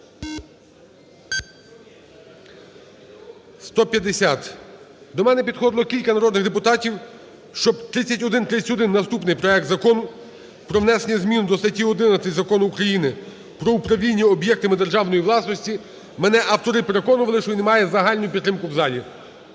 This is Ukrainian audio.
За-150 До мене підходили кілька народних депутатів, щоб 3131, наступний проект Закону про внесення зміни до статті 11 Закону України "Про управління об'єктами державної власності". Мене автори переконували, що він має загальну підтримку в залі.